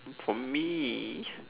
for me